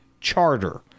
Charter